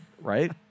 right